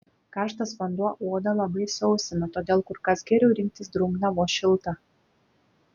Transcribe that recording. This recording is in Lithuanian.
karštas vanduo odą labai sausina todėl kur kas geriau rinktis drungną vos šiltą